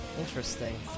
Interesting